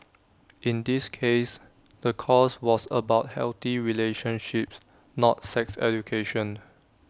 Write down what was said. in this case the course was about healthy relationships not sex education